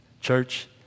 Church